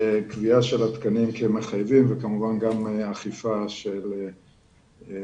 קביעה של התקנים כמחייבים וכמובן גם אכיפה של התקנים